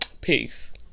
Peace